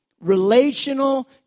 relational